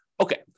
Okay